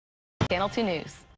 channel two news.